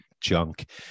junk